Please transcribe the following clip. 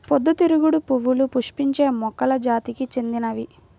పొద్దుతిరుగుడు పువ్వులు పుష్పించే మొక్కల జాతికి చెందినవి